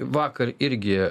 vakar irgi